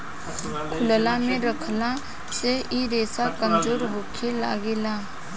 खुलला मे रखला से इ रेसा कमजोर होखे लागेला